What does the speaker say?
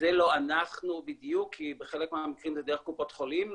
זה לא אנחנו בדיוק כי בחלק מהמקרים זה דרך קופות חולים,